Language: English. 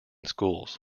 schools